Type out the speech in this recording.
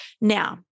Now